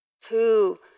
two